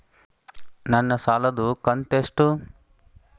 ನನ್ನ ಸಾಲದು ಕಂತ್ಯಷ್ಟು?